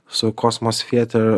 su kosmos theatre